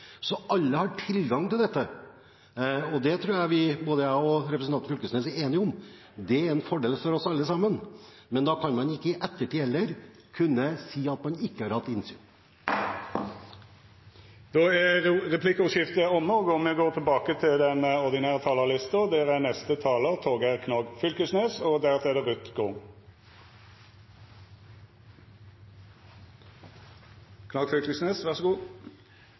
Så alle har tilgang til dette, og det er – det tror jeg både representanten Knag Fylkesnes og jeg er enige om – en fordel for oss alle sammen. Da kan man heller ikke i ettertid kunne si at man ikke har hatt innsyn. Då er replikkordskiftet omme. Eg vil da, etter den runden vi